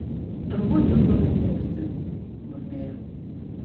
turbūt džiūgauja ne visi sumurmėjau